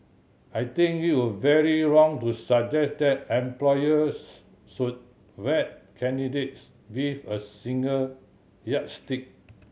I think it would very wrong to suggest that employers should vet candidates with a single yardstick